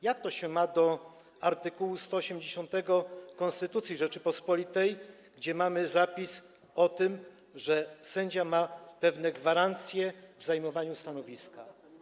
Jak to się ma do art. 180 konstytucji Rzeczypospolitej, gdzie mamy zapis o tym, że sędzia ma pewne gwarancje w kwestii zajmowania stanowiska?